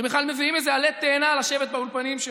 שבכלל מביאים איזה עלה תאנה לשבת באולפנים שלהם,